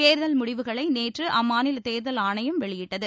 தேர்தல் முடிவுகளை நேற்று அம்மாநில தேர்தல் ஆணையம் வெளியிட்டது